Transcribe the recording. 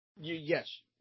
Yes